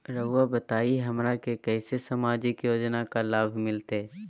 रहुआ बताइए हमरा के कैसे सामाजिक योजना का लाभ मिलते?